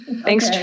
Thanks